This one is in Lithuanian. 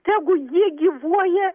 tegu jie gyvuoja